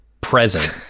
present